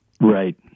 Right